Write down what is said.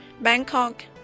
Bangkok